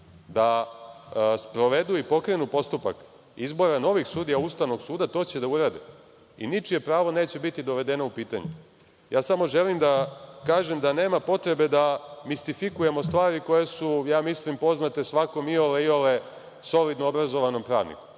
da sprovedu i pokrenu postupak izbora novih sudija Ustavnog suda, to će da urade i ničije pravo neće biti dovedeno u pitanje. Samo želim da kažem da nema potrebe da mistifikujemo stvari koje su, ja mislim, poznate svakome iole, iole solidnom obrazovanom pravniku.